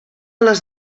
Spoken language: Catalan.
les